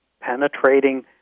penetrating